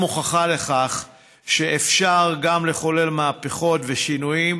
אתם הוכחה לכך שאפשר לחולל מהפכות ושינויים,